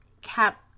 cap